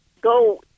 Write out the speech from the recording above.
go